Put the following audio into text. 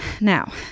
Now